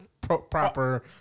Proper